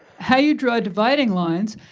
how you draw dividing lines,